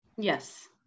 Yes